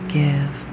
give